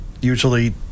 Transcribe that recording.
usually